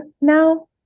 now